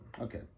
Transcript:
okay